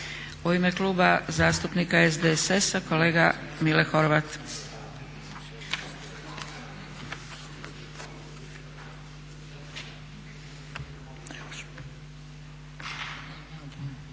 U ime Kluba zastupnika SDSS-a kolega Mile Horvat.